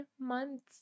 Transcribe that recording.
months